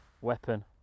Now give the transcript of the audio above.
weapon